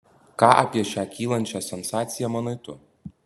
ką apie šią kylančią sensaciją manai tu